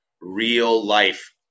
real-life